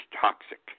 toxic